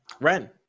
Ren